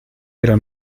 pero